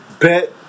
bet